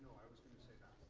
i was going to say that.